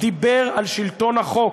דיבר על שלטון החוק,